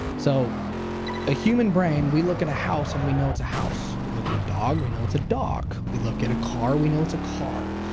so a human brain, we look at a house and we know it's a house. we look at a dog and we know it's a dog. we look at a car, we know it's a car.